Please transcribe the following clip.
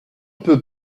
peut